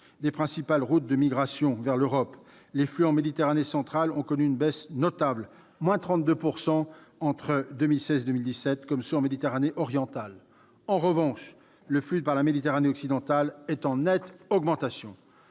des principales routes de migration vers l'Europe. Les flux en Méditerranée centrale ont connu une diminution notable- moins 32 % entre 2016 et 2017. Il en va de même en Méditerranée orientale. En revanche, le flux passant par la Méditerranée occidentale est en nette augmentation.